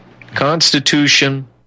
constitution